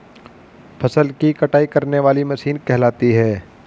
फसल की कटाई करने वाली मशीन कहलाती है?